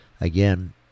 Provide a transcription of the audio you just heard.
again